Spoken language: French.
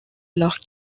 alors